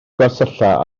gwersylla